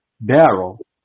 barrel